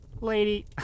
lady